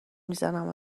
میزنم